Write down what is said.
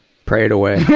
pray it away.